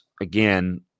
again